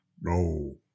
no